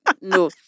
No